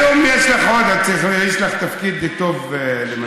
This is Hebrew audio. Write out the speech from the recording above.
היום יש לך תפקיד טוב למלא.